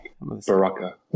Baraka